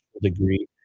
degree